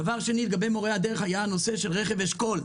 דבר שני לגבי מורי הדרך היה נושא רכב אשכול.